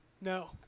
No